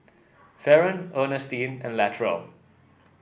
Faron Earnestine and Latrell